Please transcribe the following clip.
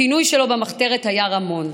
הכינוי שלו במחתרת היה רמון.